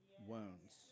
wounds